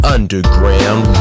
Underground